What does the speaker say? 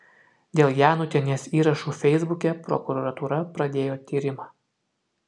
dėl janutienės įrašų feisbuke prokuratūra pradėjo tyrimą